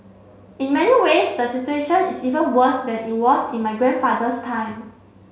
in many ways the situation is even worse than it was in my grandfather's time